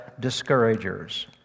discouragers